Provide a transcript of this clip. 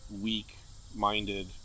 weak-minded